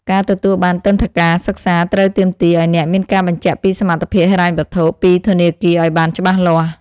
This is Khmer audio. ការទទួលបានទិដ្ឋាការសិក្សាត្រូវទាមទារឱ្យអ្នកមានការបញ្ជាក់ពីសមត្ថភាពហិរញ្ញវត្ថុពីធនាគារឱ្យបានច្បាស់លាស់។